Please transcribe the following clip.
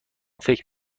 فکر